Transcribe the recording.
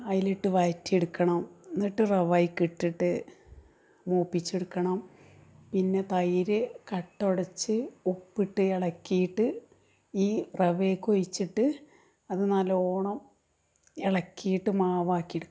അതിലിട്ട് വഴറ്റിയെടുക്കണം എന്നിട്ട് റവായ്ക്കിട്ടിട്ട് മൂപ്പിച്ചെടുക്കണം പിന്നെ തൈര് കട്ട ഉടച്ച് ഉപ്പിട്ട് ഇളക്കിയിട്ട് ഈ റവേക്ക് ഒഴിച്ചിട്ട് അത് നല്ലവണ്ണം ഇളക്കിയിട്ട് മാവാക്കി ഇടിക്കണം